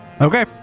Okay